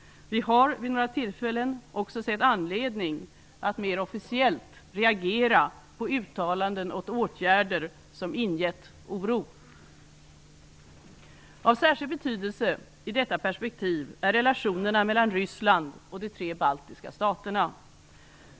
Vi har vid några tillfällen också sett anledning att mer officiellt reagera på uttalanden och åtgärder som ingett oro. Av särskild betydelse i detta perspektiv är relationerna mellan Ryssland och de tre baltiska staterna.